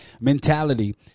mentality –